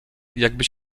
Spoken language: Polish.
jakbyś